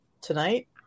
tonight